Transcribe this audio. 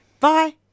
Bye